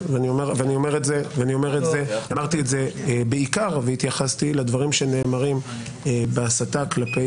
אמרתי את זה והתייחסתי בעיקר לדברים שנאמרים בהסתה כלפי